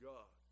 God